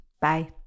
Bye